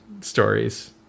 stories